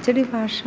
അച്ചടി ഭാഷ